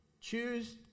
choose